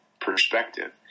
perspective